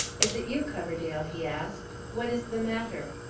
is it you, coverdale? he asked. what is the matter?